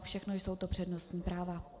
Všechno jsou to přednostní práva.